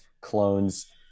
Clones